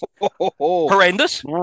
horrendous